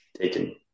Taken